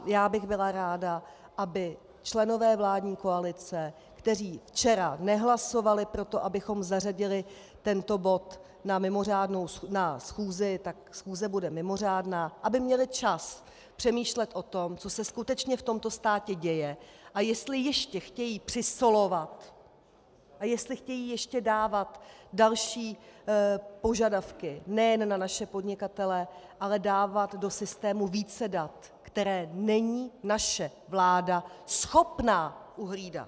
Já bych byla ráda, aby členové vládní koalice, kteří včera nehlasovali pro to, abychom zařadili tento bod na schůzi, tak schůze bude mimořádná, aby měli čas přemýšlet o tom, co se skutečně v tomto státě děje a jestli ještě chtějí přisolovat a jestli chtějí ještě dávat další požadavky nejen na naše podnikatele, ale dávat do systému více dat, která není naše vláda schopna uhlídat.